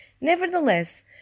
Nevertheless